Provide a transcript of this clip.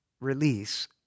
release